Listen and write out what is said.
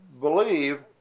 believe